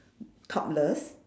topless